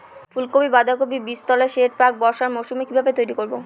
ফুলকপি বাধাকপির বীজতলার সেট প্রাক বর্ষার মৌসুমে কিভাবে তৈরি করব?